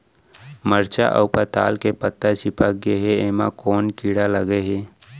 मरचा अऊ पताल के पत्ता चिपक गे हे, एमा कोन कीड़ा लगे है?